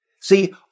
See